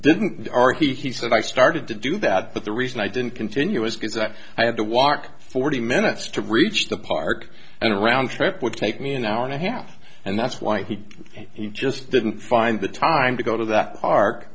said i started to do that but the reason i didn't continue was because i had to walk forty minutes to reach the park and a round trip would take me an hour and a half and that's why he said he just didn't find the time to go to that park